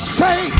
say